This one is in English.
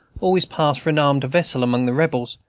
always passed for an armed vessel among the rebels,